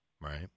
Right